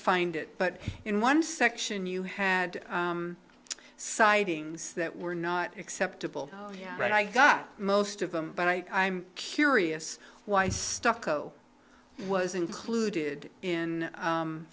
find it but in one section you had sightings that were not acceptable yeah right i got most of them but i am curious why stucco was included in